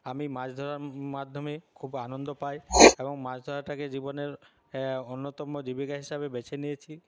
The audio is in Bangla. আমি মাছ ধরার মাধ্যমে খুব আনন্দ পাই এবং মাছ ধরাটাকে জীবনের অন্যতম জীবিকা হিসাবে বেছে নিয়েছি